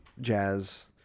Jazz